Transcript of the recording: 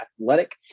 athletic